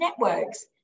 networks